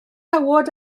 cawod